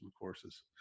courses